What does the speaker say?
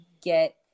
get